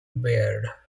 baird